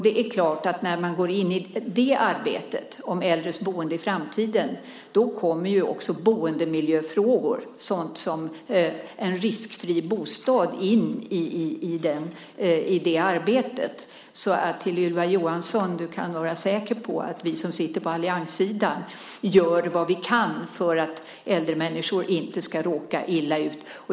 Det är klart att i arbetet om äldres boende i framtiden kommer också boendemiljöfrågor, såsom en riskfri bostad, att ingå. Så, Ylva Johansson, du kan vara säker på att vi som sitter på allianssidan gör vad vi kan för att äldre människor inte ska råka illa ut.